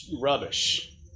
rubbish